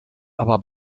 aber